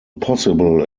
possible